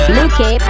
Luke